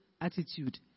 attitude